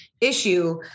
issue